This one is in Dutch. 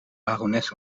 barones